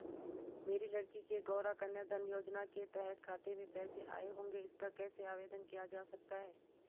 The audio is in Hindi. मेरी लड़की के गौंरा कन्याधन योजना के तहत खाते में पैसे आए होंगे इसका कैसे आवेदन किया जा सकता है?